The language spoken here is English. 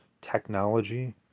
technology